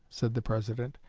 said the president,